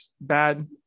bad